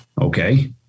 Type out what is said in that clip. Okay